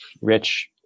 rich